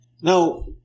Now